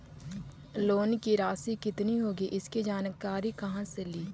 Loan की रासि कितनी होगी इसकी जानकारी कहा से ली?